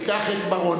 תיקח את בר-און.